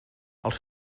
els